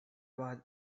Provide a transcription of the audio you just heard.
was